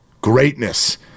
greatness